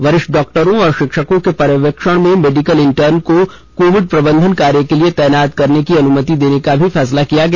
वरिष्ठ डॉक्टरों और शिक्षकों के पर्यवेक्षण में मेडिकल इंटर्न को कोविड प्रबंधन कार्य के लिए तैनात करने की अनुमति देने का भी फैसला किया गया